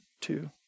two